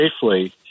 safely